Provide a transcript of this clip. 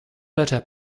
better